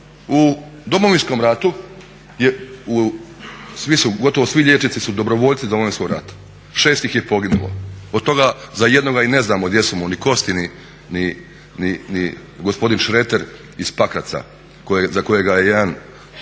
u Domovinskom ratu gotovo svi liječnici su dobrovoljci Domovinskog rata, 6 ih je poginulo od toga za jednoga i ne znamo gdje su mu ni kosti ni gospodin Šreter iz Pakraca za kojega je jedan